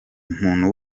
muntu